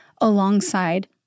alongside